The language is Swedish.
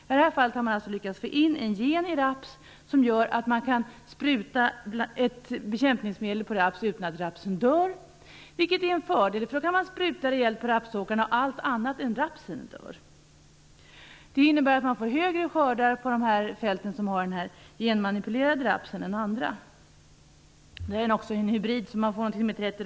I det här fallet har man alltså lyckats få in en gen i raps som gör att man kan spruta ett bekämpningsmedel på raps utan att rapsen dör, vilket är en fördel. Då kan man nämligen spruta rejält på rapsåkrarna, där allt annat än rapsen dör. Det innebär att man får större skördar på fälten där man har den genmanipulerade rapsen än på andra.